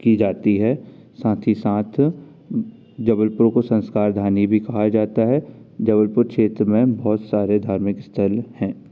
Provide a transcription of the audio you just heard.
की जाती है साथ ही साथ जबलपुर को संस्कार धानी भी कहा जाता है जबलपुर क्षेत्र में बहुत सारे धार्मिक स्थल हैं